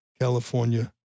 California